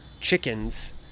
chickens